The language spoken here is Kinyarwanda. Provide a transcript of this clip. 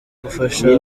gufasha